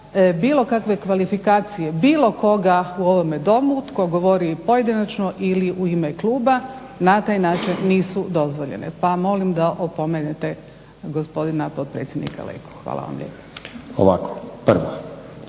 bilo kakve kvalifikacije bilo koga u ovome Domu tko govorio i pojedinačno ili u ime kluba na taj način nisu dozvoljene. Pa molim da opomenete gospodina potpredsjednika Leku. Hvala vam lijepa.